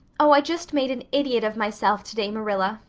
oh, i just made an idiot of myself today, marilla.